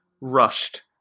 rushed